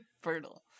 fertile